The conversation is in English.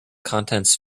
contents